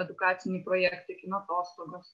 edukaciniai projektai kino atostogos